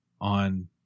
on